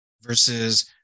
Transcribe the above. versus